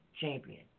champion